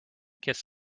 kiss